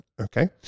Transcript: Okay